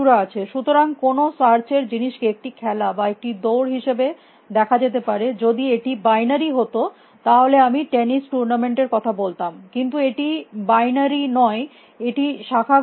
সুতরাং কোনো সার্চ এর জিনিসকে একটি খেলা বা একটি দৌড় হিসাবে দেখা যেতে পারে যদি এটি বাইনারি হত তাহলে আমি টেনিস টুর্নামেন্ট এর কথা বলতাম কিন্তু এটি বাইনারি নয় এটি শাখা গুণক বি